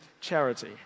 charity